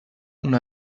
una